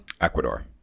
Ecuador